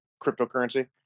cryptocurrency